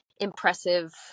impressive